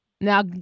Now